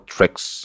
Tricks